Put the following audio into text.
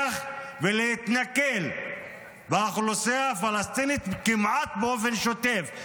ולהתנכל לאוכלוסייה הפלסטינית כמעט באופן שוטף,